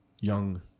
young